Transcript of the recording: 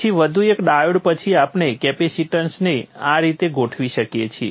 પછી વધુ એક ડાયોડ પછી આપણે કેપેસિટન્સને આ રીતે ગોઠવી શકીએ છીએ